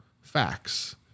facts